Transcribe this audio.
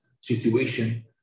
situation